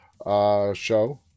show